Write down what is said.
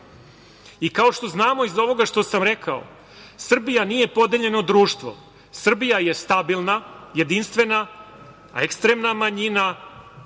što znamo, iz ovog što sam rekao, Srbija nije podeljeno društvo. Srbija je stabilna, jedinstvena, a ekstremna manjina